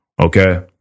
Okay